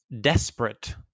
desperate